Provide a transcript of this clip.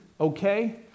okay